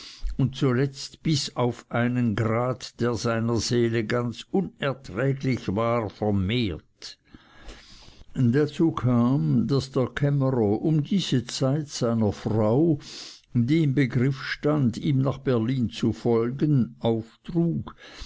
und zuletzt bis auf einen grad der seiner seele ganz unerträglich war vermehrt dazu kam daß der kämmerer um diese zeit seiner frau die im begriff stand ihm nach berlin zu folgen auftrug